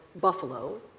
Buffalo